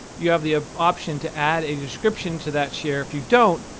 you have the ah option to add a description to that share. if you don't,